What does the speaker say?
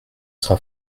sera